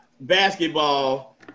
basketball